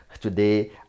today